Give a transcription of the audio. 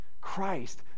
Christ